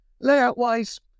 Layout-wise